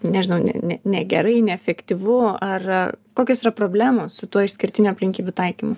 nežinau ne ne negerai neefektyvu ar kokios yra problemos su tuo išskirtinių aplinkybių taikymu